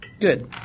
Good